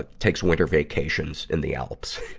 ah take winter vacations in the alps.